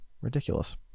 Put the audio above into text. Ridiculous